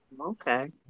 Okay